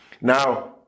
Now